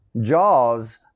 Jaws